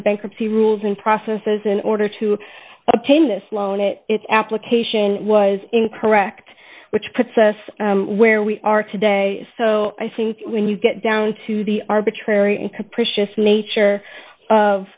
the bankruptcy rules and processes in order to obtain this loan it application was incorrect which puts us where we are today so i think when you get down to the arbitrary and capricious nature